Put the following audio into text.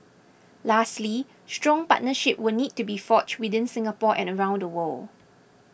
lastly strong partnerships will need to be forged within Singapore and around the world